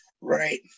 right